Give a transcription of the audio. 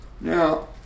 Now